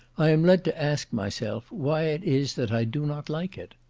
i am led to ask myself why it is that i do not like it.